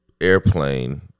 airplane